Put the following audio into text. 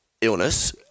illness